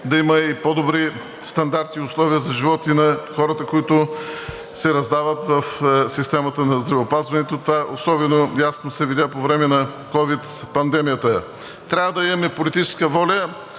да има по-добри стандарти и условия за живот на хората, които се раздават в системата на здравеопазването, това особено ясно се видя по време на ковид пандемията. Трябва да имаме политическа воля